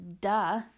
duh